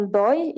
doi